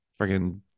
freaking